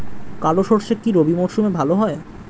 কালো সরষে কি রবি মরশুমে ভালো হয়?